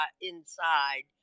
inside